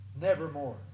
Nevermore